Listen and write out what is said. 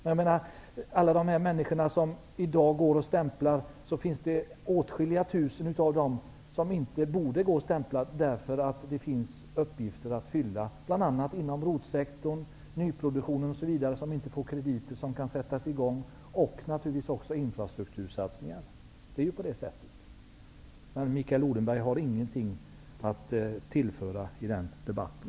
Bland alla dessa människor som i dag stämplar finns det åtskilliga som inte borde behöva stämpla därför att det finns uppgifter att fylla, bl.a. inom ROT-sektorn, nyproduktion osv., där det inte går att få krediter men som skulle kunna sättas i gång, och naturligtvis infrastruktursatsningar. Så är det. Men Mikael Odenberg har ingenting att tillföra i debatten.